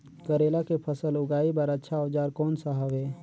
करेला के फसल उगाई बार अच्छा औजार कोन सा हवे?